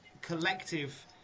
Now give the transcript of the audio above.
collective